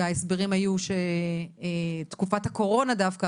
וההסברים היו שבתקופת הקורונה דווקא,